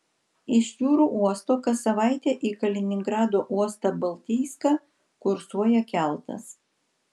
iš jūrų uosto kas savaitę į kaliningrado uostą baltijską kursuoja keltas